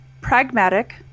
pragmatic